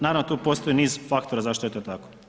Naravno tu postoji niz faktora zašto je to tako.